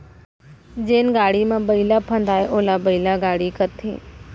जेन गाड़ी म बइला फंदाये ओला बइला गाड़ी कथें